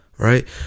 Right